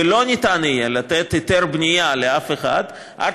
ולא ניתן יהיה לתת היתר בנייה לאף אחד עד